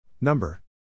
Number